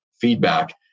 feedback